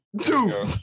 Two